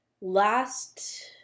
last